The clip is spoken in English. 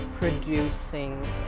producing